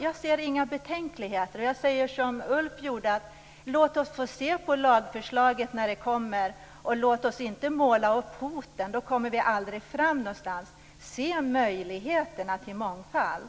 Jag ser inga betänkligheter i sammanhanget och säger som Ulf Björklund: Låt oss titta på lagförslaget när det kommer. Vi skall inte måla upp hot, för då kommer vi aldrig fram någonstans. Se i stället möjligheterna till mångfald!